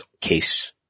case